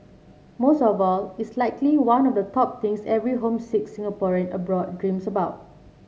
most of all it's likely one of the top things every homesick Singaporean abroad dreams about